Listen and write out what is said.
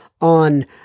on